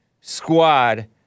Squad